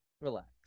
Relax